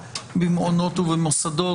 במעונות ובמוסדות.